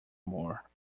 more